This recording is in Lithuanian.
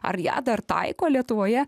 ar ją dar taiko lietuvoje